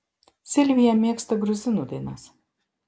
silvija mėgsta gruzinų dainas